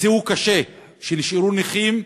נפצעו קשה שנשארו נכים,